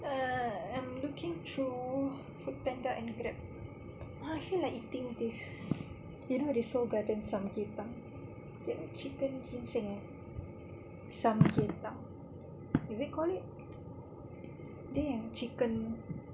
err I'm looking through foodpanda and Grab I feel like eating this you know the Seoul Garden samgyetang it's like chicken ginseng eh samgyetang is it call it dia yang chicken